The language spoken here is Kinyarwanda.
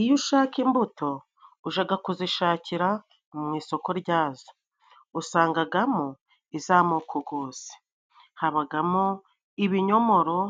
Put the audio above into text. Iyo ushaka imbuto ujaga kuzishakira mu isoko ryazo. Usangagamo iz'amoko gose. Habagamo ibinyomoro,